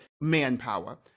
manpower